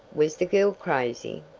was the girl crazy?